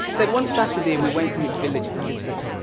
then one saturday, we went to his village to visit,